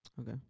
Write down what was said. Okay